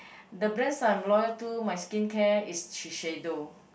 the brands I'm loyal to my skincare is Shiseido